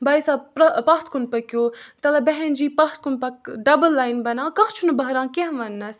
بھایی صاحب پرٛا پَتھ کُن پٔکِو تَلہ بہن جی پَتھ کُن پَک ڈَبٕل لایِن بَناو کانٛہہ چھُنہٕ بٔہران کیٚنٛہہ وَننَس